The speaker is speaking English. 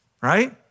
Right